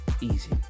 Easy